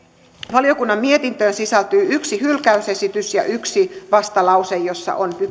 valiokunnan mietintöön sisältyy yksi hylkäysesitys ja yksi vastalause jossa on